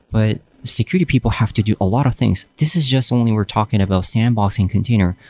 but security people have to do a lot of things. this is just only we're talking about sandbox in container.